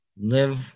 live